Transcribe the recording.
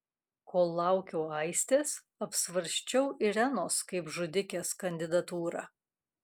kol laukiau aistės apsvarsčiau irenos kaip žudikės kandidatūrą